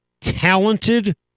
talented